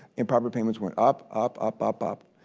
improper payments went up, up, up, up, up.